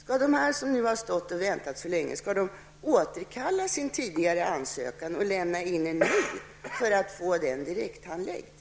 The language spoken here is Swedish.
Skall de som nu väntat så länge återkalla sin tidigare ansökan och lämna in en ny för att få den direkthandlagd?